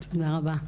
תודה רבה.